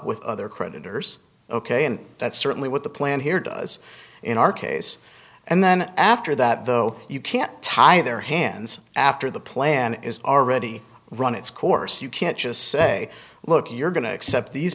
with other creditors ok and that's certainly what the plan here does in our case and then after that though you can't tie their hands after the plan is already run its course you can't just say look if you're going to accept these